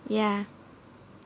ya